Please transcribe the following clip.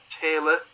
Taylor